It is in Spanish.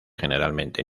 generalmente